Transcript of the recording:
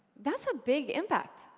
that's a big impact.